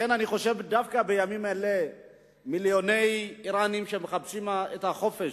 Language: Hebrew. לכן אני חושב שדווקא בימים אלה מיליוני אירנים שמחפשים את החופש,